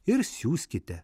ir siųskite